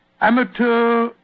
Amateur